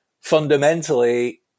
fundamentally